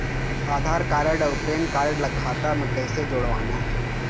आधार card अऊ PAN card ला खाता म कइसे जोड़वाना हे?